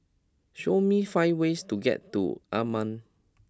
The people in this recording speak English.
show me five ways to get to Amman